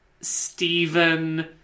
Stephen